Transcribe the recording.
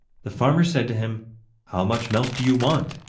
the farmer said to him how much milk do you want?